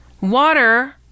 water